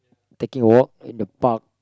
taking a walk in the park